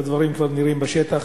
והדברים כבר נראים בשטח.